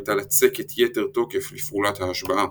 הייתה לצקת יתר תוקף לפעולת ההשבעה.